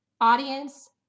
audience